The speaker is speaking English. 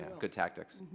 good tactics.